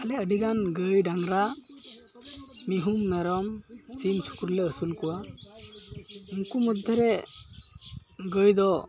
ᱟᱞᱮ ᱟᱹᱰᱤᱜᱟᱱ ᱜᱟᱹᱭ ᱰᱟᱝᱜᱽᱨᱟ ᱢᱤᱦᱩᱼᱢᱮᱨᱚᱢ ᱥᱤᱢᱼᱥᱩᱠᱨᱤᱞᱮ ᱟᱹᱥᱩᱞ ᱠᱚᱣᱟ ᱩᱱᱠᱩ ᱢᱚᱫᱽᱫᱷᱮᱨᱮ ᱜᱟᱹᱭᱫᱚ